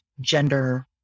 gender-